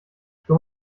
schon